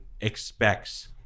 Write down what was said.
expects